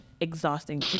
exhausting